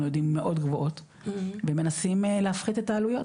יודעים מאוד גבוהות ומנסים להפחית את העלויות,